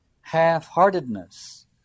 Half-heartedness